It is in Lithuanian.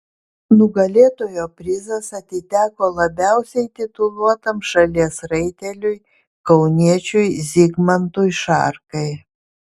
nugalėtojo prizas atiteko labiausiai tituluotam šalies raiteliui kauniečiui zigmantui šarkai